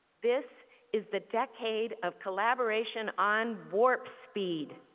this is the decade of collaboration on work speed.